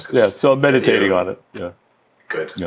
yeah. so i'm meditating on it, yeah good.